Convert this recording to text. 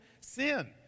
sin